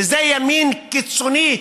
וזה ימין קיצוני,